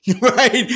right